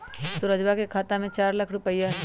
सुरजवा के खाता में चार लाख रुपइया हई